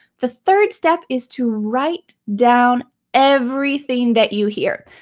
the third step is to write down everything that you hear.